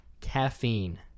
Caffeine